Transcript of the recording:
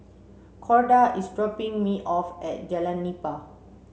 Corda is dropping me off at Jalan Nipah